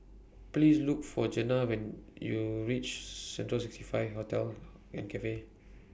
Please Look For Jena when YOU REACH Central sixty five Hostel and Cafe